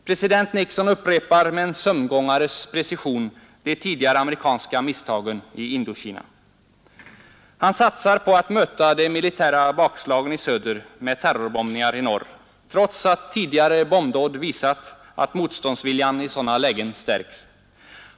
President Nixon upprepar med en sömngångares precision de tidigare amerikanska misstagen i Indokina. Han satsar på att möta de militära bakslagen i söder med terrorbombningar i norr — trots att tidigare bombdåd visat att motståndsviljan i sådana lägen stärkts.